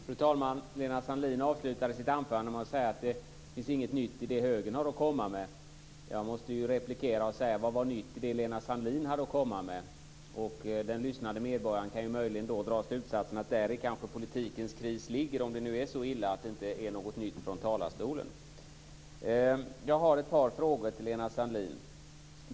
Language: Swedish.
Fru talman! Lena Sandlin-Hedman avslutade sitt anförande med att säga att det inte finns något nytt i det som högern har att komma med. Jag måste då replikera och säga: Vad var nytt i det som Lena Sandlin-Hedman hade att komma med? Den lyssnande medborgaren kan möjligen dra slutsatsen att det kanske är däri politikens kris ligger om det nu är så illa att det inte är något nytt från talarstolen. Jag har några frågor till Lena Sandlin-Hedman.